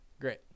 Great